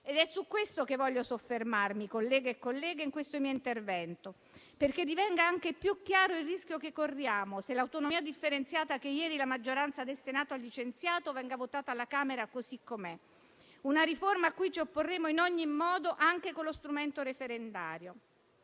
È su questo che voglio soffermarmi, colleghe e colleghi, in questo mio intervento, perché divenga ancora più chiaro il rischio che corriamo, se l'autonomia differenziata che ieri la maggioranza del Senato ha licenziato verrà votata alla Camera così com'è. È una riforma cui ci opporremo in ogni modo, anche con lo strumento referendario.